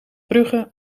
brugge